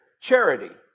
Charity